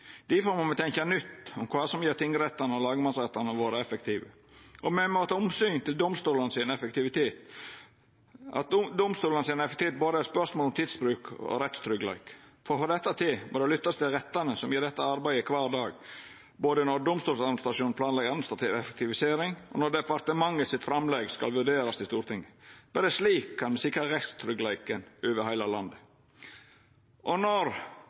Difor må me tenkja nytt om kva som gjer tingrettane og lagmannsrettane våre effektive, og me må ta omsyn til domstolane sin effektivitet, at domstolane sin effektivitet er eit spørsmål om både tidsbruk og rettstryggleik. For å få dette til må ein lytta til rettane som gjer dette arbeidet kvar dag, både når Domstoladministrasjonen planlegg effektivisering, og når departementet sitt framlegg skal verta vurdert i Stortinget. Berre slik kan ein sikra rettstryggleiken over heile landet. Og når